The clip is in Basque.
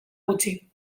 gutxi